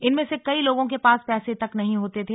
इनमें से कई लोगों के पास पैसे तक नहीं होते थे